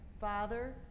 Father